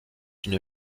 une